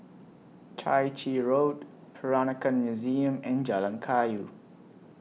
Chai Chee Road Peranakan Museum and Jalan Kayu